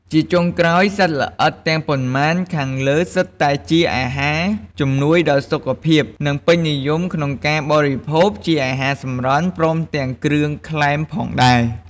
ជាចុងក្រោយ សត្វល្អិតទាំងប៉ុន្មានខាងលើសុទ្ធតែជាអាហារជំនួយដល់សុខភាព និងពេញនិយមក្នុងការបរិភោគជាអាហារសម្រន់ ព្រមទាំងគ្រឿងក្លែមផងដែរ។